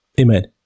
Amen